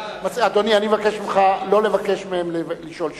אדוני, אני מבקש ממך לא לבקש מהם לשאול שאלות.